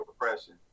oppression